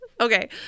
Okay